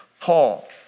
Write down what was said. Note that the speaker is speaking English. Paul